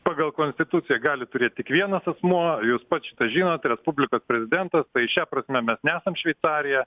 pagal konstituciją gali turėt tik vienas asmuo jūs pats šitą žinot respublikos prezidentas tai šia prasme mes nesam šveicarija